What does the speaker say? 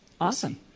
awesome